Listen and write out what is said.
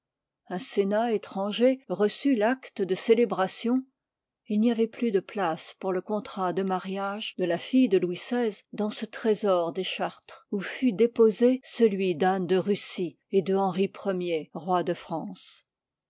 un sénat étranger reçut l'acte de célébration il n'y avoit plus de place pour le contrat de mariage de la fille de louis xvi dans ce trésor des chartres où fut déposé celui d'anne de russie et de henri i roi de france